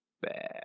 bad